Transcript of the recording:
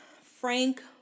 Frank